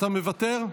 אתה מוותר?